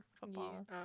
Football